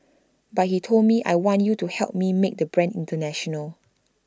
but he told me I want you to help me make the brand International